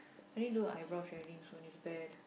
I need to do my eyebrows threading soon it's bad